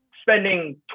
spending